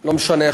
לא משנה,